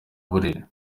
burera